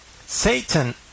Satan